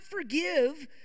forgive